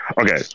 okay